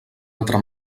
altra